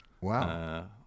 Wow